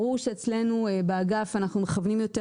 ברור שאצלנו באגף אנחנו מכוונים יותר